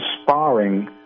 sparring